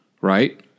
right